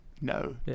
No